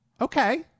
Okay